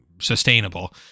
sustainable